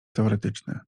teoretyczne